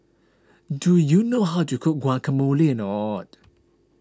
do you know how to cook Guacamole